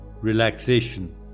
relaxation